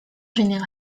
général